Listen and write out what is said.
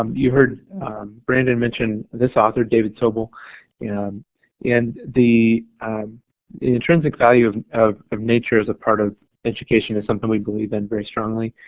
um you heard brandon mention this author david sobel and and the um intrinsic value of of nature as a part of education is something we believe in very strongly,